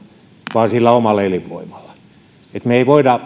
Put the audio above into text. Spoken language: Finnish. vaan sillä omalla elinvoimalla me emme voi